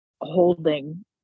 holding